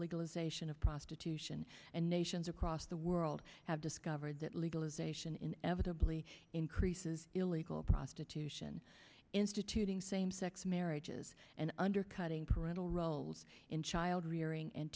legalization of prostitution and nations across the world have discovered that legalization inevitably increases illegal prostitution instituting same sex marriages and undercutting parental roles in child rearing and